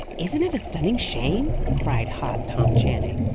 isn't it a stunning shame? cried hot tom channing.